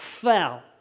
fell